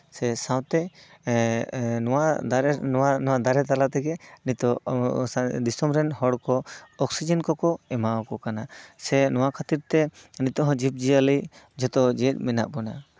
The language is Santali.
ᱥᱮ ᱥᱟᱶᱛᱮ ᱱᱚᱣᱟ ᱫᱟᱨᱮ ᱱᱟᱹᱲᱤ ᱱᱚᱣᱟ ᱫᱟᱨᱮ ᱛᱟᱞᱟ ᱛᱮᱜᱮ ᱱᱤᱛᱚᱜ ᱫᱤᱥᱚᱢ ᱨᱮᱱ ᱦᱚᱲ ᱠᱚ ᱚᱠᱥᱤᱡᱮᱱ ᱠᱚᱠᱚ ᱮᱢᱟᱣ ᱠᱚ ᱠᱟᱱᱟ ᱥᱮ ᱱᱚᱣᱟ ᱠᱚ ᱠᱷᱟᱹᱛᱤᱨ ᱛᱮ ᱱᱤᱛᱚᱜ ᱦᱚᱸ ᱡᱤᱵᱽ ᱡᱤᱭᱟᱹᱞᱤ ᱡᱚᱛᱚ ᱡᱮᱣᱭᱮᱛ ᱢᱮᱱᱟᱜ ᱵᱚᱱᱟ